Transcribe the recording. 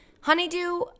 Honeydew